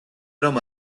რომ